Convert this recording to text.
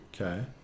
Okay